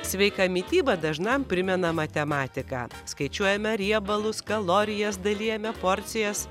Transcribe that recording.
sveika mityba dažnam primena matematiką skaičiuojame riebalus kalorijas dalijame porcijas